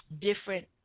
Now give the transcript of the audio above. different